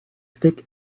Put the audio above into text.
thick